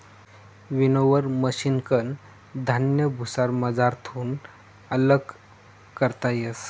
winnower मशिनकन धान्य भुसामझारथून आल्लग करता येस